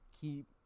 keep